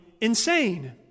insane